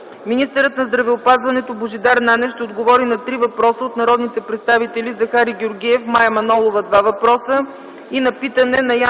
Министърът на здравеопазването Божидар Нанев ще отговори на три въпроса от народните представители Захари Георгиев, Мая Манолова – два въпроса, и на питане на Яне Янев